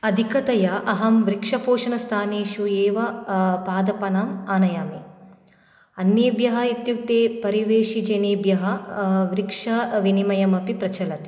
अधिकतया अहं वृक्षपोषणस्थानेषु एव पादपान् आनयामि अन्येभ्यः इत्युक्ते परिवेशिजनेभ्यः वृक्षविनिमयमपि प्रचलति